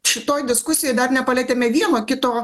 šitoj diskusijoj dar nepalietėme vieno kito